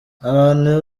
abantu